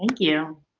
you.